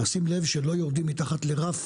אתה צריך לשים לב שלא יורדים מתחת לרף